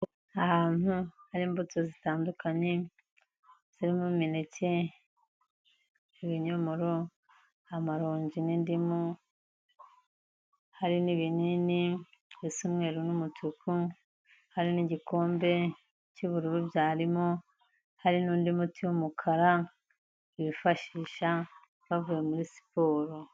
Ahantu hari imbuto zitandukanye zirimo imineke, ibinyomoro, amaronji n'indimu, hari n'ibinini bisa umweru n'umutuku, hari n'igikombe cy'ubururu byarimo, hari n'undi muti w'umukara bifashisha bavuye muri siporo.